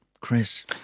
Chris